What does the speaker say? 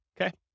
Okay